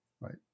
right